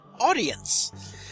audience